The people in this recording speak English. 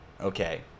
okay